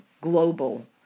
global